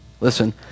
Listen